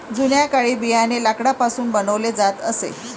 जुन्या काळी बियाणे लाकडापासून बनवले जात असे